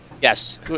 Yes